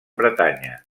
bretanya